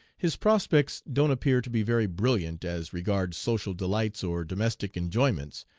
his prospects don't appear to be very brilliant as regards social delights or domestic enjoyments,